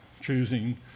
choosing